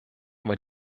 war